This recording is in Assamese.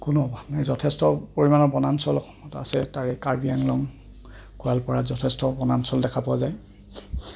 কোনো অভাৱ নাই যথেষ্ট পৰিমাণৰ বনাঞ্চল আছে তাৰে কাৰ্বি আংলং গোৱালপাৰাত যথেষ্ট বনাঞ্চল দেখা পোৱা যায়